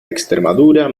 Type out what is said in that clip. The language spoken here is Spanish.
extremadura